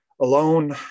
Alone